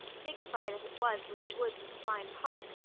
dignified as it was with the woods of a fine park,